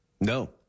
No